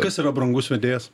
kas yra brangus vedėjas